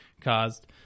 caused